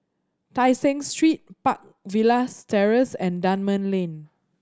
Tai Seng Street Park Villas Terrace and Dunman Lane